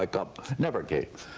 i come. never came.